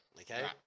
okay